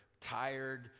tired